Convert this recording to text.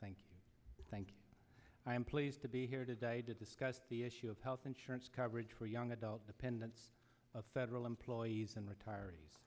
thank you thank you i'm pleased to be here today to discuss the issue of health insurance coverage for young adult dependents of federal employees and retirees